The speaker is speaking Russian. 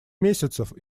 месяцев